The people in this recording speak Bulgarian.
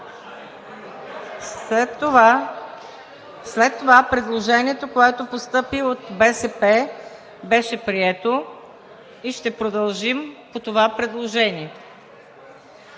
След това, предложението, което постъпи от БСП, беше прието и ще продължим по това предложение.